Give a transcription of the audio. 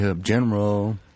General